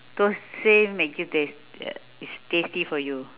thosai make you taste uh it's tasty for you